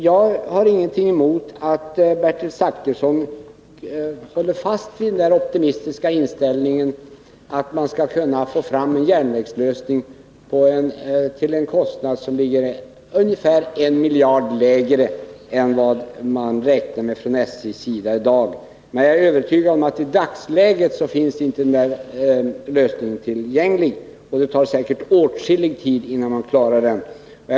Jag har ingenting emot att Bertil Zachrisson håller fast vid den optimistiska inställningen att man skall kunna få fram en järnvägslösning till en kostnad som ligger ungefär 1 miljard lägre än vad SJ i dag räknar med. Men jag är övertygad om att den lösningen inte finns tillgänglig i dagsläget. Det tar säkert åtskillig tid, innan man kan åstadkomma den.